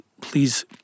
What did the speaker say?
please